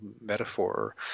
metaphor